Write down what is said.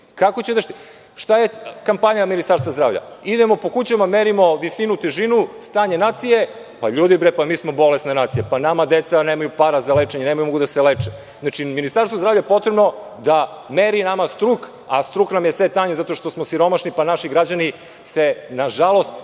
kako će da štiti trudnice. Šta je kampanja Ministarstvo zdravlja? Idemo po kućama, merimo visinu, težinu, stanje nacije. Ljudi, pa mi smo bolesna nacija. Nama deca nemaju para za lečenje, ne mogu da se leče. Ministarstvo zdravlja je potrebno da meri nama struk, a struk nam je sve tanji zato što smo siromašni, pa naši građani se praktično